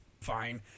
fine